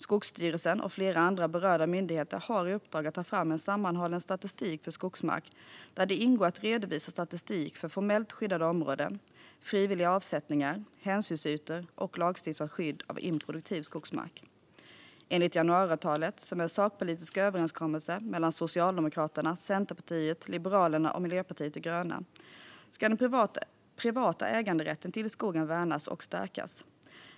Skogsstyrelsen och flera andra berörda myndigheter har i uppdrag att ta fram en sammanhållen statistik för skogsmark där det ingår att redovisa statistik för formellt skyddade områden, frivilliga avsättningar, hänsynsytor och lagstiftat skydd av improduktiv skogsmark. Enligt januariavtalet, som är en sakpolitisk överenskommelse mellan Socialdemokraterna, Centerpartiet, Liberalerna och Miljöpartiet de gröna, ska den privata äganderätten till skogen värnas och stärkas.